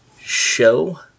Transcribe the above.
show